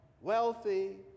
wealthy